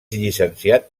llicenciat